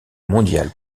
mondial